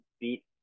beat